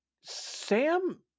Sam